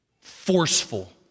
forceful